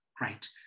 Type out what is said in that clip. right